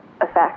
effect